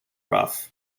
rough